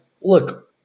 look